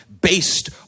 based